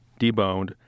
deboned